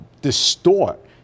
distort